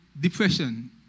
depression